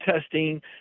testing